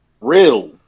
real